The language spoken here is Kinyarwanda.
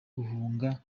guhunga